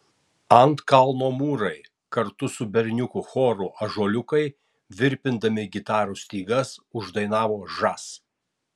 ant kalno mūrai kartu su berniukų choru ąžuoliukai virpindami gitarų stygas uždainavo žas